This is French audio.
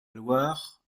loire